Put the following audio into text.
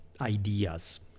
ideas